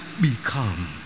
become